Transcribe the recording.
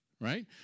Right